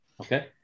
okay